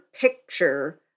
picture